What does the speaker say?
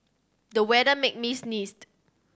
the weather made me sneezed